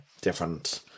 different